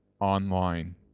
online